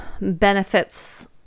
benefits